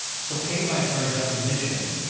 so pain, by its very definition,